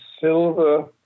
Silver